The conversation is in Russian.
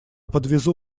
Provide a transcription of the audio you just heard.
подвезу